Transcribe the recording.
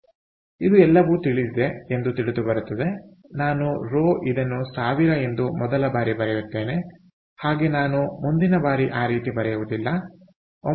ಆದ್ದರಿಂದ ಇದು ಎಲ್ಲವೂ ತಿಳಿದಿದೆ ಎಂದು ತಿಳಿದುಬರುತ್ತದೆ ನಾನು ರೋ ಇದನ್ನು ಸಾವಿರ ಎಂದು ಮೊದಲಬಾರಿ ಬರೆಯುತ್ತೇನೆ ಹಾಗೆ ನಾನು ಮುಂದಿನ ಬಾರಿ ಆ ರೀತಿ ಬರೆಯುವುದಿಲ್ಲ 9